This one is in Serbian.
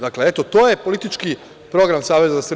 Dakle, eto to je politički program SZS.